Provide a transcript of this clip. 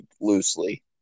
loosely